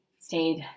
stayed